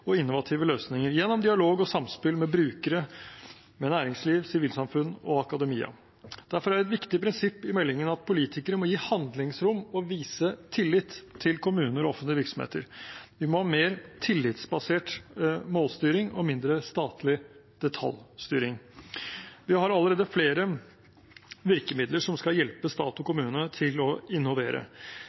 og innovative løsninger gjennom dialog og samspill med brukere, næringsliv, sivilsamfunn og akademia. Derfor er et viktig prinsipp i meldingen at politikere må gi handlingsrom og vise tillit til kommuner og offentlige virksomheter. Vi må ha mer tillitsbasert målstyring og mindre statlig detaljstyring. Vi har allerede flere virkemidler som skal hjelpe stat og kommune til å innovere,